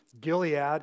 Gilead